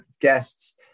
guests